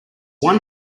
one